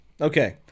okay